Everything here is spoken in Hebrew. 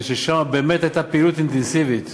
שאז באמת הייתה פעילות אינטנסיבית